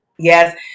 Yes